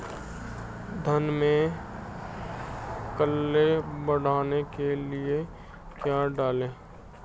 धान में कल्ले बढ़ाने के लिए क्या डालें?